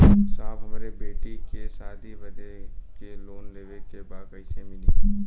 साहब हमरे बेटी के शादी बदे के लोन लेवे के बा कइसे मिलि?